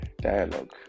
dialogue